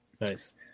Nice